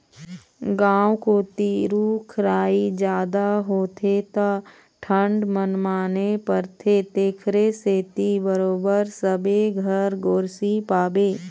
गाँव कोती रूख राई जादा होथे त ठंड मनमाने परथे तेखरे सेती बरोबर सबे घर गोरसी पाबे